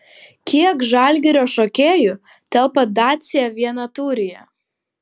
kiek žalgirio šokėjų telpa dacia vienatūryje